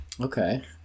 Okay